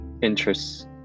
interests